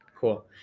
cool